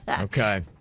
Okay